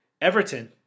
Everton